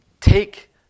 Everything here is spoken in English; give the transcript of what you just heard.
take